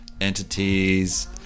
entities